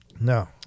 no